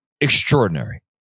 Extraordinary